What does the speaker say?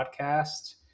Podcast